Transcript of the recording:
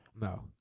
No